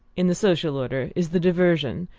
in the social order, is the diversion,